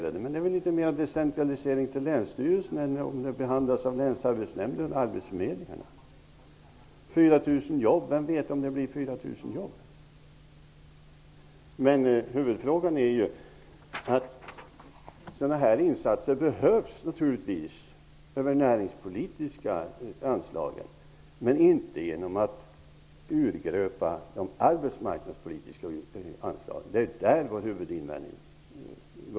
Men det innebär väl inte mera decentralisering om pengarna går till länsstyrelserna än om de behandlas av länsarbetsnämnderna och arbetsförmedlingarna! Vem vet om det blir 4 000 jobb? Huvudfrågan gäller ju att sådana här insatser naturligtvis behövs över de näringspolitiska anslagen, inte genom att man urgröper de arbetsmarknadspolitiska anslagen. Det är vår huvudinvändning.